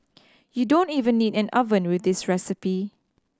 you don't even need an oven with this recipe